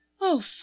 Oh